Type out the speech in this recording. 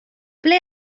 ble